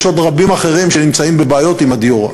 יש עוד רבים אחרים שנמצאים בבעיות עם הדיור,